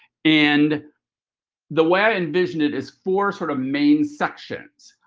and the way i envisioned it is four sort of main sections.